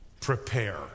prepare